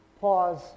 pause